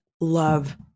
love